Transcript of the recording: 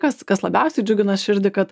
kas kas labiausiai džiugina širdį kad